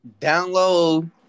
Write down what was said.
Download